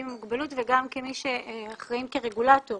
עם מוגבלות וגם כמי שאחראים כרגולטור